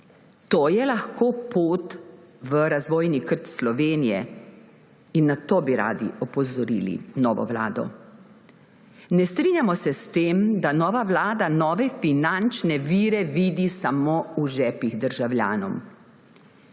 To je lahko pot v razvojni krč Slovenije. Na to bi radi opozorili novo vlado. Ne strinjamo se s tem, da nova vlada nove finančne vire vidi samo v žepih državljanov.